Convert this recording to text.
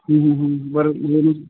बरं लगेच